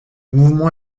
mouvement